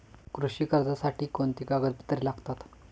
कृषी कर्जासाठी कोणती कागदपत्रे लागतात?